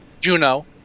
Juno